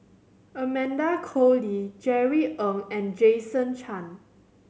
Amanda Koe Lee Jerry Ng and Jason Chan